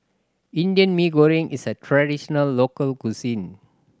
Indian Mee Goreng is a traditional local cuisine